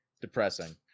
Depressing